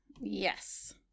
yes